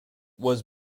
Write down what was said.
was